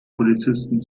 polizisten